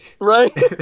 Right